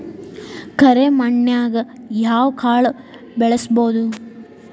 ಕರೆ ಮಣ್ಣನ್ಯಾಗ್ ಯಾವ ಕಾಳ ಬೆಳ್ಸಬೋದು?